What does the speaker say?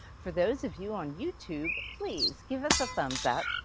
for those of you on youtube, please give us a thumbs-up,